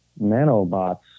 nanobots